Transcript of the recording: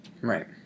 Right